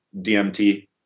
DMT